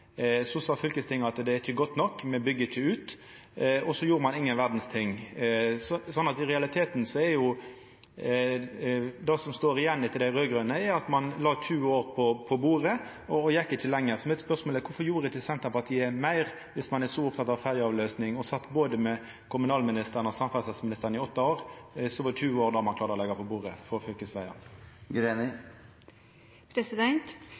så sa den raud-grøne regjeringa at 20 år ferjeavløysing er nok. Så sa fylkestinget at det er ikkje godt nok, me byggjer ikkje ut, og så gjorde ein ingenting. Så i realiteten er det som står igjen etter dei raud-grøne, at ein la 20 år på bordet og ikkje gjekk lenger. Kvifor gjorde ikkje Senterpartiet meir viss ein er så oppteken av ferjeavløysing? Dei sat med både kommunalministeren og samferdselsministeren i åtte år, og så var 20 år det dei klarte å leggja på bordet